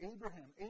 Abraham